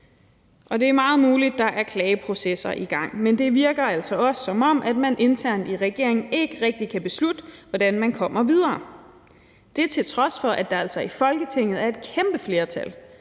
og det er meget muligt, at der er klageprocesser i gang. Men det virker altså også, som om man internt i regeringen ikke rigtig kan beslutte, hvordan man kommer videre – det til trods for at der i Folketinget er et kæmpe flertal